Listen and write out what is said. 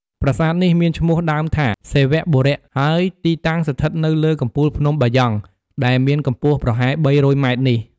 ប្រាសាទនេះមានឈ្មោះដើមថា សិវបុរ ហើយទីតាំងស្ថិតនៅលើកំពូលភ្នំបាយ៉ង់ ដែលមានកម្ពស់ប្រហែល ៣០០ម៉ែត្រនេះ។